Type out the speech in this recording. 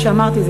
כפי שאמרתי,